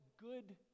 good